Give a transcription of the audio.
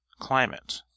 climate